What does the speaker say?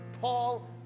Paul